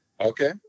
okay